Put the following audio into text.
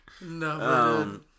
No